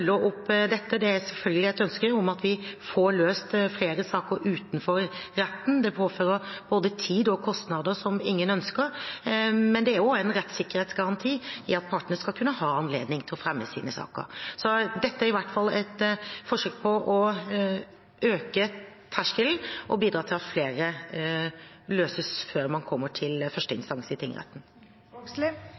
følge opp dette. Det er selvfølgelig et ønske at vi får løst flere saker utenfor retten. Det medfører både tid og kostnader som ingen ønsker, men det er jo også en rettssikkerhetsgaranti i at partene skal kunne ha anledning til å fremme sine saker. Dette er i hvert fall et forsøk på å heve terskelen og bidra til at flere saker løses før man kommer til førsteinstans, i